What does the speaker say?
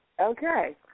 Okay